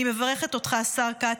אני מברכת אותך, השר כץ,